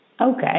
Okay